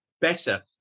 better